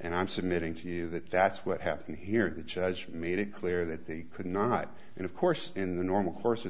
and i'm submitting to you that that's what happened here the judge made it clear that they could not and of course in the normal course of